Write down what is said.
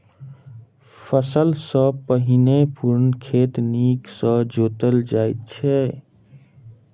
फसिल सॅ पहिने पूर्ण खेत नीक सॅ जोतल जाइत अछि